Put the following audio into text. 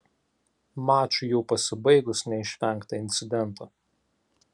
mačui jau pasibaigus neišvengta incidento